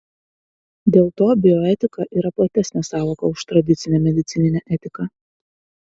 dėl to bioetika yra platesnė sąvoka už tradicinę medicininę etiką